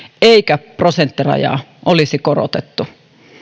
eikä prosenttirajaa olisi korotettu